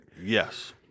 Yes